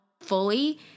fully